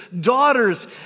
daughters